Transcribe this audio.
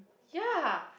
ya